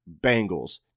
Bengals